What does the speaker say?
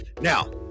now